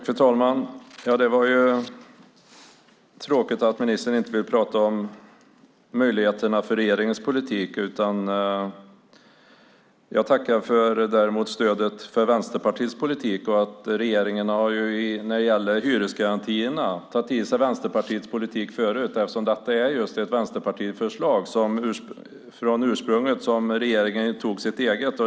Fru talman! Det är tråkigt att ministern inte vill tala om möjligheterna med regeringens politik. Jag tackar dock för stödet till Vänsterpartiets politik. När det gäller hyresgarantierna har regeringen tidigare tagit till sig Vänsterpartiets politik eftersom det ursprungligen är ett vänsterpartiförslag som regeringen presenterat som sitt eget.